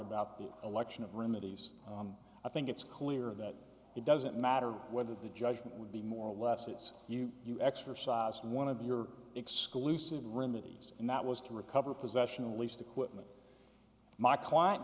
about the election of remedies i think it's clear that it doesn't matter whether the judgment would be more or less it's you you exercise one of your exclusive remedies and that was to recover possession and least equipment my client